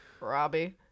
Robbie